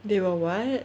they were what